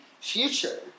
future